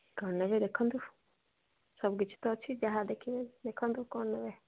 କ'ଣ ନେବେ ଦେଖନ୍ତୁ ସବୁ କିିଛି ତ ଅଛି ଯାହା ଦେଖିବେ ଦେଖନ୍ତୁ କ'ଣ ନେବେ